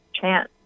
chance